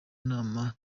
nama